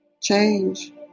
change